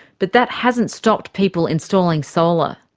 but that hasn't stopped people installing solar.